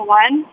one